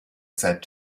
said